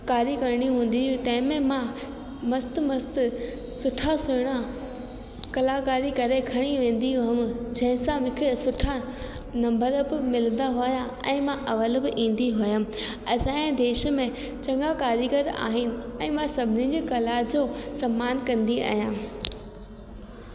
कारी करिणी हूंदी हुई तंहिंमें मां मस्त मस्त सुठा सुहिणा कलाकारी करे खणी वेंदी हुअमि जंहिंसां मूंखे सुठा नंबर बि मिलंदा हुया ऐं मां अवल बि ईंदी हुयमि असांजे देश में चङा कारीगर आहिनि मां सभिनीनि जी कला जो सम्मान कंदी आहियां